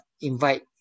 invite